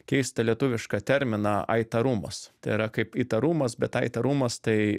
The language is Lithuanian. keistą lietuvišką terminą aitarumas tai yra kaip įtarumas bet aitrumas tai